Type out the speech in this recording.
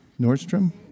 Nordstrom